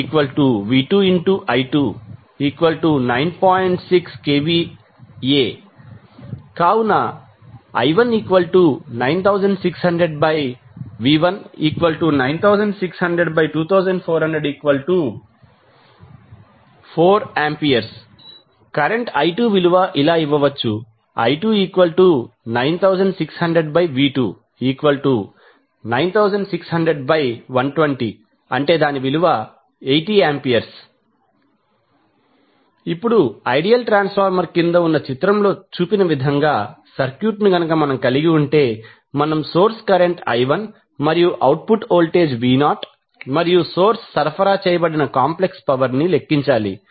6kVA కావున I19600V1960024004A current I2 విలువ ఇలా ఇవ్వవచ్చు I29600V2960012080A ఇప్పుడు ఐడియల్ ట్రాన్స్ఫార్మర్ క్రింద ఉన్న చిత్రంలో చూపిన విధంగా సర్క్యూట్ కలిగి ఉంటే మనం సోర్స్ కరెంట్ I1 మరియు అవుట్పుట్ వోల్టేజ్ V0 మరియు సోర్స్ సరఫరా చేసిన కాంప్లెక్స్ పవర్ ని లెక్కించాలి